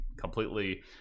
completely